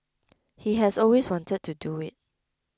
he has always wanted to do it